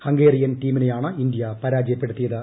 Hungarian ടീമിനെയാണ് India പരാജയപ്പെടുത്തിയത്